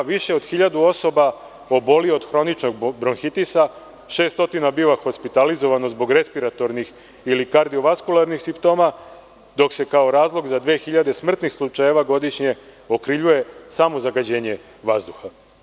Više od 1.000 osoba oboli od hroničnog bronhitisa, 600 biva hospitalizovano zbog respiratornih ili kardiovaskularnih simptoma, dok se kao razlog za 2.000 smrtnih slučajeva godišnje okrivljuje samo zagađenje vazduha.